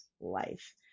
life